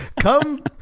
come